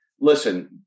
listen